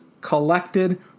collected